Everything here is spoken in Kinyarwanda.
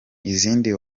izindi